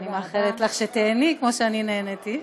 אני מאחלת לך שתיהני כמו שאני נהניתי.